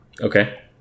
Okay